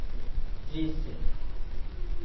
दृश्य